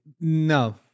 no